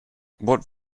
what